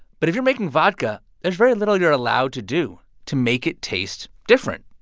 but if you're making vodka, there's very little you're allowed to do to make it taste different.